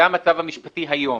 זה המצב המשפטי היום.